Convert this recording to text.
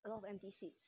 a lot of empty seats